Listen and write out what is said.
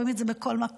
רואים את זה בכל מקום,